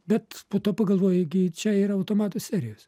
bet po to pagalvoji gi čia yra automatų serijos